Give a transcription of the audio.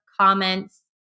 comments